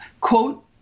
quote